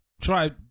try